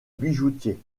bijoutier